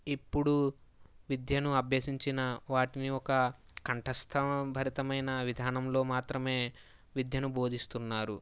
ఇప్పుడు విద్యను అభ్యసించిన వాటిని ఒక కంఠస్థ భరితమైన విధానంలో మాత్రమే విద్యను బోధిస్తున్నారు